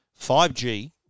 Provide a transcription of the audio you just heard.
5G